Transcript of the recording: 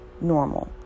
normal